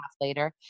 later